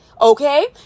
Okay